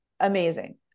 Amazing